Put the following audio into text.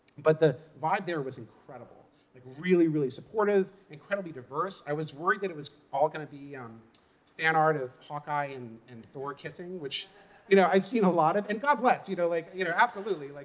but the vibe there was incredible. it was like really, really supportive, incredibly diverse. i was worried that it was all going to be fan art of hawkeye and and thor kissing, which you know i've seen a lot of. and god bless, you know like you know absolutely, like